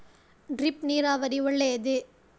Drip ನೀರಾವರಿ ಒಳ್ಳೆಯದೇ?